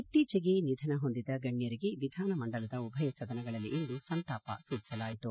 ಇತೀಚೆಗೆ ನಿಧನ ಹೊಂದಿದ ಗಣ್ಜರಿಗೆ ವಿಧಾನಮಂಡಲದ ಉಭಯ ಸದನಗಳಲ್ಲಿಂದು ಸಂತಾಪ ಸೂಚಿಸಲಾಯಿತು